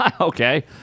Okay